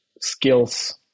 skills